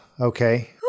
Okay